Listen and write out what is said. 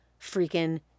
freaking